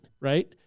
right